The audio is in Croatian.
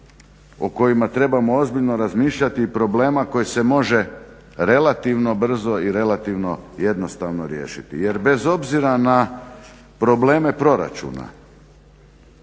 o kojima trebamo ozbiljno razmišljati i problema koji se može relativno brzo i relativno jednostavno riješiti jer bez obzira na probleme proračuna,